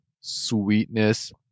Sweetness